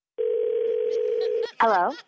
Hello